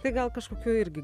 tai gal kažkokių irgi